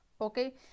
okay